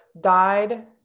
died